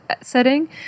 setting